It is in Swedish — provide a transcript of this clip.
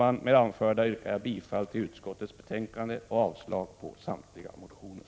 Med det anförda yrkar jag bifall till utskottets hemställan och avslag på samtliga motioner.